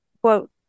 quote